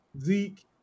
Zeke